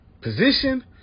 position